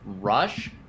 rush